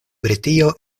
britio